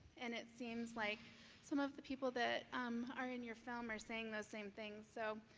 and it seems like some of the people that um are in your film, are saying those same things. so,